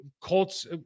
Colts